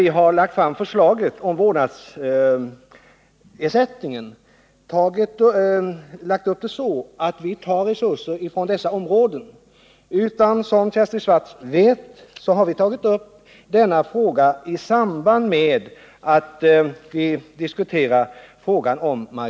Vi har inte lagt upp vårt förslag om vårdnadsersättning så att resurser skulle tas från dessa områden, utan som Kersti Swartz vet har vi tagit upp denna fråga i samband med att vi diskuterade marginalskatterna.